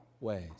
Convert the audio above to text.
ways